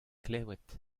klevet